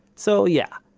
so, yeah,